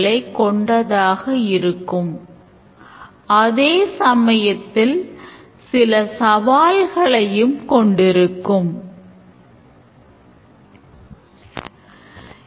use case பெயர்கள் userகளின் பார்வையில் இருக்க வேண்டும் அதாவது userகளின் மொழியைப் பயன்படுத்த வேண்டும்